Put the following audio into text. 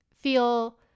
feel